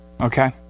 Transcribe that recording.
okay